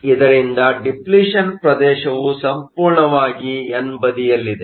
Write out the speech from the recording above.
ಇದರಿಂದ ಡಿಪ್ಲಿಷನ್Depletion ಪ್ರದೇಶವು ಸಂಪೂರ್ಣವಾಗಿ ಎನ್ ಬದಿಯಲ್ಲಿದೆ